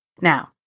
Now